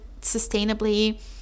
sustainably